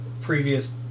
previous